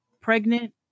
pregnant